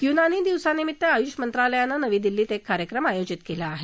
युनानी दिवसानिमित्त आयुष मंत्रालयानं नवी दिल्लीत एक कार्यक्रम आयोजित केला आहे